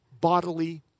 bodily